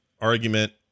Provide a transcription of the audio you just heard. argument